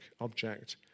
object